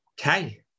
Okay